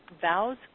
vows